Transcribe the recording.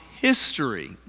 history